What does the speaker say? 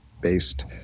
based